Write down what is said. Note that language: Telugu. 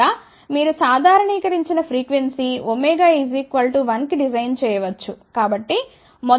లేదా మీరు సాధారణీకరించిన ఫ్రీక్వెన్సీ 1 కి డిజైన్ చేయవచ్చు